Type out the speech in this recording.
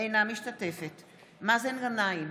אינה משתתפת בהצבעה מאזן גנאים,